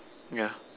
yeah